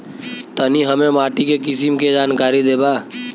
तनि हमें माटी के किसीम के जानकारी देबा?